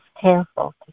careful